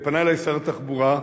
פנה אלי שר התחבורה,